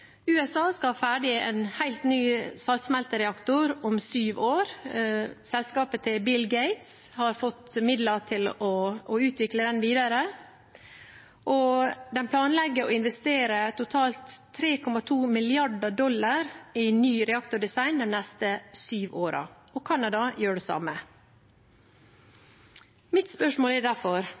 USA skal ha ferdig en helt ny saltsmeltereaktor om syv år. Selskapet til Bill Gates har fått midler til å utvikle den videre, og de planlegger å investere totalt 3,2 mrd. dollar i ny reaktordesign de neste syv årene. Og Canada gjør det samme. Mitt spørsmål er derfor: